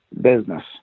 business